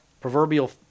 proverbial